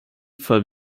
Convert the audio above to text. fall